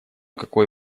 какой